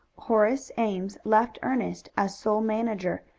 horace ames left ernest as sole manager,